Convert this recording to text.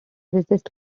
resisted